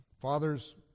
Fathers